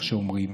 איך שאומרים,